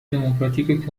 دموکراتیک